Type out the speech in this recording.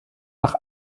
nach